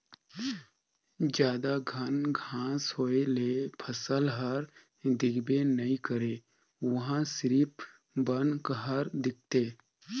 जादा घन घांस होए ले फसल हर दिखबे नइ करे उहां सिरिफ बन हर दिखथे